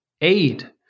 aid